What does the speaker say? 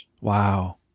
Wow